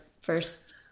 first